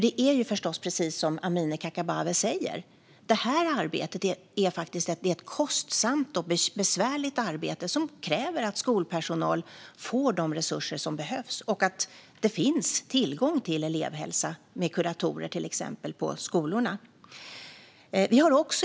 Det är nämligen precis som Amineh Kakabaveh säger: Detta arbete är kostsamt och besvärligt, och det kräver att skolpersonal får de resurser som behövs. Det behöver också finnas tillgång till elevhälsa, till exempel kuratorer, på skolorna.